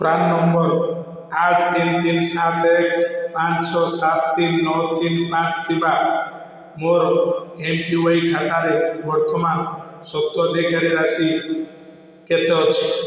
PRAN number ଆଠ ତିନି ତିନି ସାତ ଏକ ପାଞ୍ଚ ଛଅ ସାତ ତିନି ନଅ ତିନି ପାଞ୍ଚ ଥିବା ମୋର ଏ ପି ୱାଇ ଖାତାରେ ବର୍ତ୍ତମାନ ସ୍ୱତ୍ୱାଧିକାର ରାଶି କେତେ ଅଛି